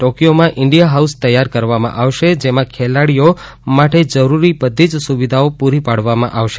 ટોક્યોમાં India House તૈયાર કરવામાં આવશે જેમા ભારતીય ખેલાડીઓ માટે જરૂરી બધી જ સુવીધાઓ પુરી પાડવામા આવશે